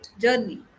journey